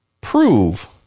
prove